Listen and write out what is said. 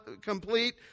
complete